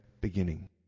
beginning